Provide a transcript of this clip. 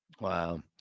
Wow